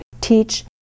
teach